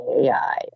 AI